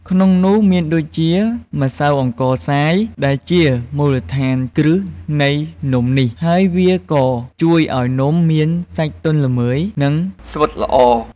ក្នុងនោះមានដូចជា ម្សៅអង្ករខ្សាយ ដែលជាមូលដ្ឋានគ្រឹះនៃនំនេះ ហើយវាក៏ជួយឱ្យនំមានសាច់ទន់ល្មើយ និងស្វិតល្អ។